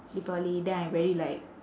deepavali then I very like